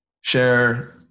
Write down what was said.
share